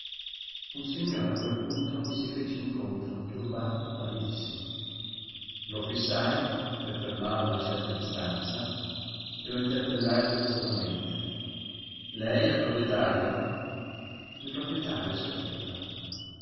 un signore a questo punto mi si fece incontro turbato pallidissimo lo fissai per fermarlo a una certa distanza e lo interpellai altezzosamente lei è il proprietario il proprietario a servirla